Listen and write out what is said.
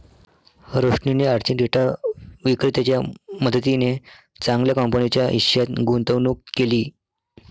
रोशनीने आर्थिक डेटा विक्रेत्याच्या मदतीने चांगल्या कंपनीच्या हिश्श्यात गुंतवणूक केली